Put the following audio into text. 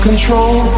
Control